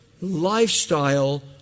Lifestyle